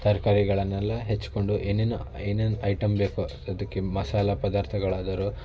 ತರಕಾರಿಗಳನ್ನೆಲ್ಲ ಹೆಚ್ಕೊಂಡು ಏನೇನೋ ಏನೇನು ಐಟಮ್ ಬೇಕು ಅದಕ್ಕೆ ಮಸಾಲ ಪದಾರ್ಥಗಳಾದರೂ